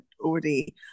already